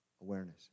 awareness